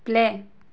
play